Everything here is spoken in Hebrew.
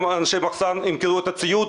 גם אנשי המחסן כאשר ימכרו את הציוד,